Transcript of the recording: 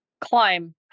climb